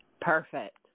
Perfect